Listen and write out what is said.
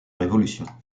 révolution